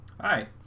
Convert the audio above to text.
Hi